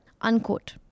Unquote